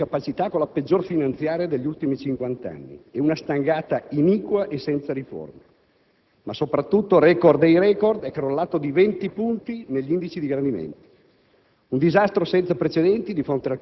Ha dato un saggio della sua congenita incapacità con la peggior finanziaria degli ultimi cinquant'anni, una stangata iniqua e senza riforma. Ma soprattutto, record dei record, è crollato di 20 punti negli indici di gradimento.